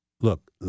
Look